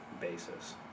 basis